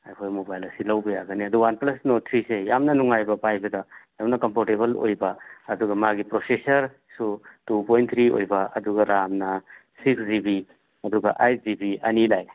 ꯑꯩꯈꯣꯏ ꯃꯣꯕꯥꯏꯜ ꯑꯁꯤ ꯂꯧꯕ ꯌꯥꯒꯅꯤ ꯑꯗꯨ ꯋꯥꯟ ꯄ꯭ꯂꯁ ꯅꯣꯔꯗ ꯊ꯭ꯔꯤꯁꯦ ꯌꯥꯝꯅ ꯅꯨꯡꯉꯥꯏꯕ ꯄꯥꯏꯕꯗ ꯌꯥꯝꯅ ꯀꯝꯐꯣꯔꯇꯦꯕꯜ ꯑꯣꯏꯕ ꯑꯗꯨꯒ ꯃꯥꯒꯤ ꯄ꯭ꯔꯣꯁꯦꯁꯔꯁꯨ ꯇꯨ ꯄꯣꯏꯟ ꯊ꯭ꯔꯤ ꯑꯣꯏꯕ ꯑꯗꯨꯒ ꯔꯥꯝꯅ ꯁꯤꯛꯁ ꯖꯤ ꯕꯤ ꯑꯗꯨꯒ ꯑꯩꯠ ꯖꯤ ꯕꯤ ꯑꯅꯤ ꯂꯥꯛꯏ